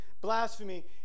blasphemy